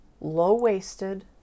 Low-waisted